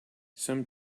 some